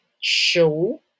show